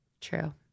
True